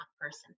person